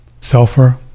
Sulfur